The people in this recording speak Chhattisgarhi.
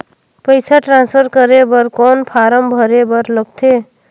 पईसा ट्रांसफर करे बर कौन फारम भरे बर लगथे?